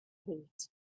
heat